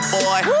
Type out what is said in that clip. boy